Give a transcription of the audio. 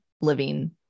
living